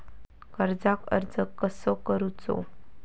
कर्जाक अर्ज कसो करूचो?